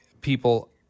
people